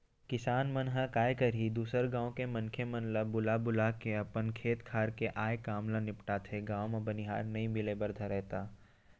किसान मन ह काय करही दूसर गाँव के मनखे मन ल बुला बुलाके अपन खेत खार के आय काम ल निपटाथे, गाँव म बनिहार नइ मिले बर धरय त